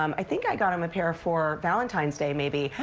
um i think i got him a pair for valentine's day maybe.